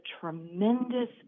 tremendous